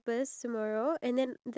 iya